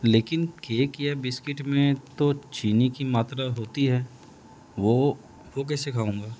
لیکن کیک یا بسکٹ میں تو چینی کی ماترا ہوتی ہے وہ وہ کیسے کھاؤں گا